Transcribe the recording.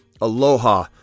Aloha